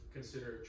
Consider